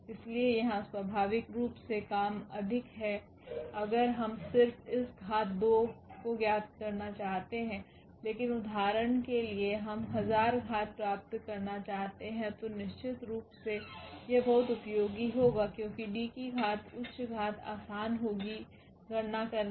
इसलिए यहां स्वाभाविक रूप से काम अधिक है अगर हम सिर्फ इस घात 2 ज्ञात करना चाहते हैं लेकिन उदाहरण के लिए हम 1000 घात प्राप्त करना चाहते हैं तो निश्चित रूप से यह बहुत उपयोगी होगा क्योंकि D की घात उच्च घात आसान होगी गणना करना